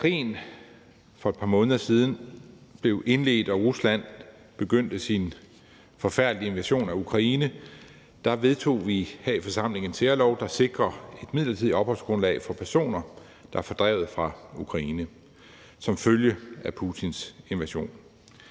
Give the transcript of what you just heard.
Da krigen for et par måneder siden blev indledt, og Rusland begyndte sin forfærdelige invasion af Ukraine, vedtog vi her i forsamlingen en særlov, der sikrer et midlertidigt opholdsgrundlag for personer, der er fordrevet fra Ukraine som følge af Putins invasion.